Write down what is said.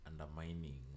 undermining